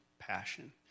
Passion